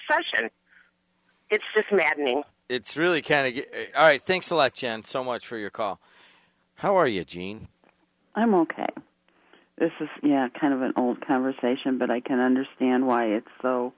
session it's just maddening it's really can i think selection so much for your call how are you jeanne i'm ok this is kind of an old conversation but i can understand why it's so